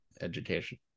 education